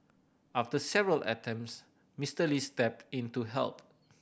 after several attempts Mister Lee stepped in to help